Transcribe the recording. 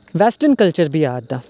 western culture बी आ करदा